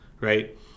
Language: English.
right